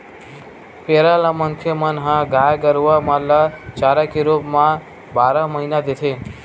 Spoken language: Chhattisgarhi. पेरा ल मनखे मन ह गाय गरुवा मन ल चारा के रुप म बारह महिना देथे